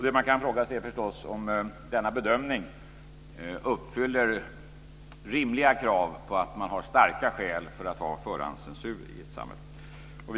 Det man kan fråga sig är förstås om denna bedömning uppfyller rimliga krav på att man har starka skäl för att ha förhandscensur i ett samhälle.